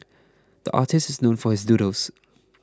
the artist is known for his doodles